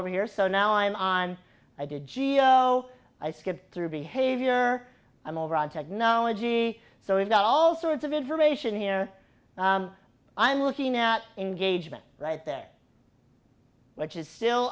over here so now i am on i did so i skipped through behavior i'm over on technology so we've got all sorts of information here i'm looking at engagement right there which is still